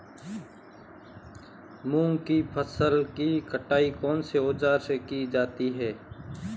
मूंग की फसल की कटाई कौनसे औज़ार से की जाती है?